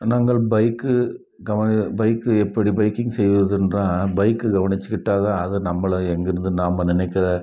நாங்கள் பைக்கு கவ பைக்கு எப்படி பைக்கிங் செய்வது என்றால் பைக்கை கவனிச்சுக்கிட்டா தான் அது நம்பளை எங்கேருந்து நாம் நினைக்கிற